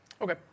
Okay